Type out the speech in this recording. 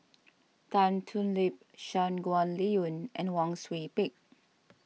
Tan Thoon Lip Shangguan Liuyun and Wang Sui Pick